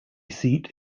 seat